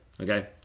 okay